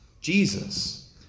Jesus